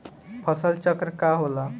फसल चक्र का होला?